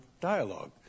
dialogue